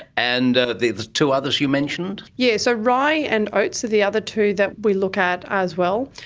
and ah the the two others you mentioned? yes, so rye and oats are the other two that we look at as well.